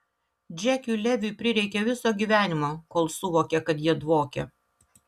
džekui leviui prireikė viso gyvenimo kol suvokė kad jie dvokia